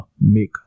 make